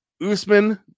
Usman